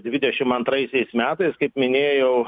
dvidešim antraisiais metais kaip minėjau